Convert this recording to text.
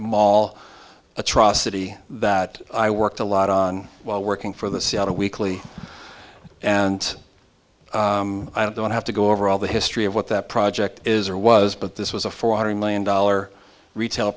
mall atrocity that i worked a lot on while working for the seattle weekly and i don't have to go over all the history of what that project is or was but this was a forty million dollar retail